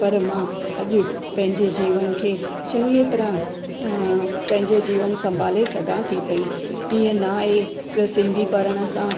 पर मां अॼु पंहिंजे जीवन खे चङी तरह पंहिंजो जीवन संभाले सघां थी पई तीअं न आहे की सिंधी पढ़ण सां